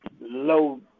low